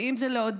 ואם זה לעודד